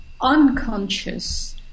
unconscious